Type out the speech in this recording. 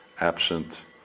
absent